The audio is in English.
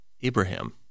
Abraham